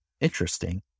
interesting